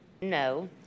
No